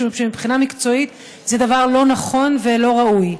משום שמבחינה מקצועית זה דבר לא נכון ולא ראוי.